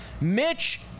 Mitch